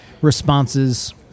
responses